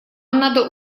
надо